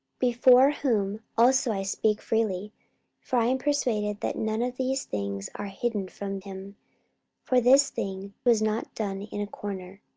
before whom also i speak freely for i am persuaded that none of these things are hidden from him for this thing was not done in a corner.